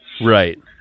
Right